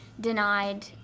denied